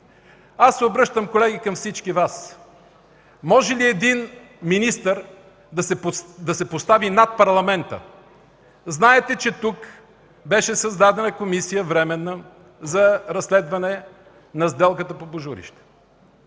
Аз се обръщам, колеги, към всички Вас: може ли един министър да се постави над Парламента? Знаете, че тук беше създадена комисия – временна, за разследване на сделката по „Божурище”.